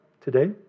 today